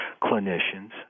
clinicians